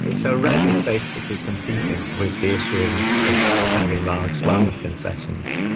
so redd is basically competing with the issuing of very large land concessions.